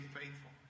faithful